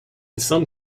some